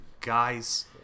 guys